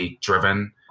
driven